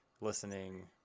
listening